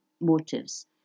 motives